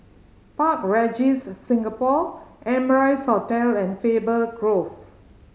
Park Regis Singapore Amrise Hotel and Faber Grove